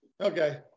Okay